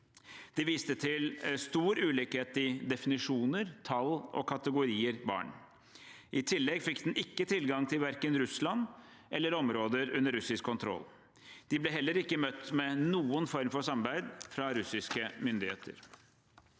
De viste til stor ulikhet i definisjoner av, tall på og kategorier av barn. I tillegg fikk den ikke tilgang til verken Russland eller områder under russisk kontroll. De ble heller ikke møtt med noen form for samarbeid fra russiske myndigheter.